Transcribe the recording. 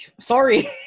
Sorry